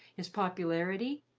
his popularity,